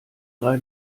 drei